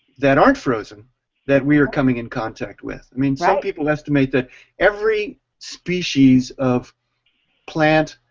that aren't frozen that we are coming in contact with. i mean some people estimate that every species of plant,